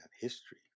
history